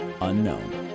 Unknown